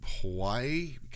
Hawaii